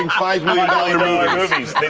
and five million dollar movies.